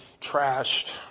trashed